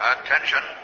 Attention